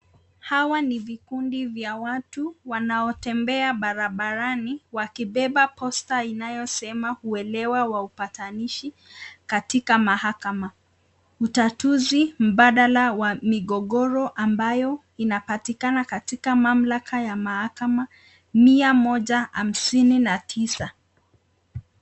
Hawa ni vikundi vya watu wanaotembea barabarani wakibeba posta inayosema huelewa wa upatanishi katika mahakama. Utatuzi mbadala wa migogoro ambayo inapatikana katika mamlaka ya mahakama mia moja hamsini na tisa.